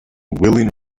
willing